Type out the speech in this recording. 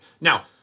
Now